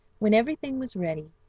when everything was ready,